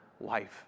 life